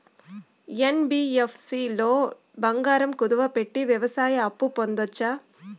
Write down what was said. NBFC లో బంగారం కుదువు పెట్టి వ్యవసాయ అప్పు పొందొచ్చా?